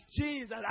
Jesus